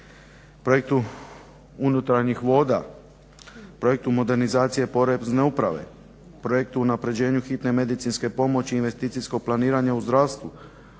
projektu unutarnjih voda, projektu modernizacije Porezne uprave, projektu unapređenja hitne medicinske pomoći i investicijskog planiranja u zdravstvu.